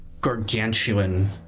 gargantuan